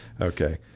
Okay